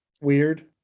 Weird